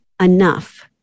enough